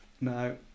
no